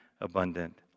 abundant